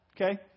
okay